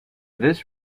this